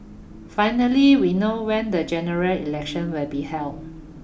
finally we know when the General Election will be held